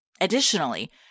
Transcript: Additionally